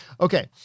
Okay